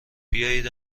بیایید